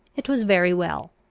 it was very well.